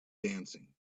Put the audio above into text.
dancing